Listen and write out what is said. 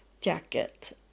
jacket